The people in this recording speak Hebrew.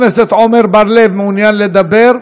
חבר הכנסת עמר בר-לב, מעוניין לדבר?